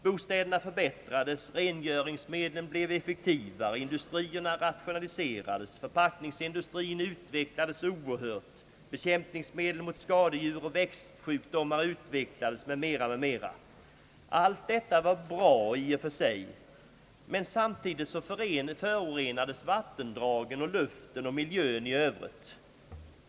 Bostäderna förbättrades, rengöringsmedlen blev effektivare, industrierna rationaliserades, förpackningsindustrin utvecklades oerhört, bekämpningsmedel mot skadedjur och växtsjukdomar utvecklades m.m. Allt detta var bra i och för sig, men samtidigt förorenades vattendragen och luften och miljön i övrigt.